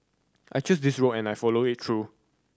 I chose this road and I'll follow it through